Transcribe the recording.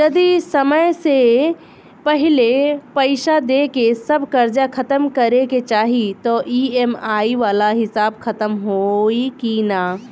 जदी समय से पहिले पईसा देके सब कर्जा खतम करे के चाही त ई.एम.आई वाला हिसाब खतम होइकी ना?